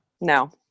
No